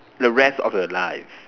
the rest of your life